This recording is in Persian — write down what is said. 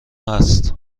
هست